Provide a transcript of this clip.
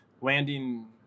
landing